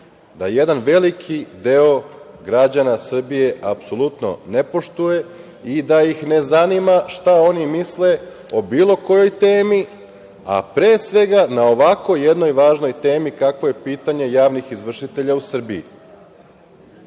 da jedan veliki deo građana Srbije apsolutno ne poštuje i da ih ne zanima šta oni misle o bilo kojoj temi, a pre svega na ovako jednoj važnoj temi, kakvo je pitanje javnih izvršitelja u Srbiji. To